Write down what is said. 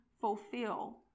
fulfill